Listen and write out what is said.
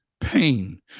pain